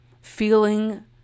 feeling